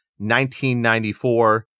1994